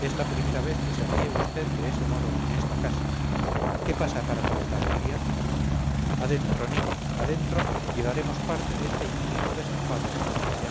es la primera vez que se ríe vd de ese modo en esta casa qué pasa para tanta alegría adentro niña adentro y daremos parte de este inaudito desenfado a la madre